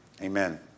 amen